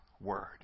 Word